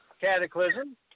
Cataclysm